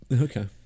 Okay